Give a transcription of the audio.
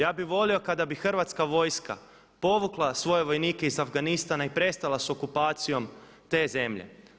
Ja bih volio kada bi Hrvatska vojska povukla svoje vojnike iz Afganistana i prestala sa okupacijom te zemlje.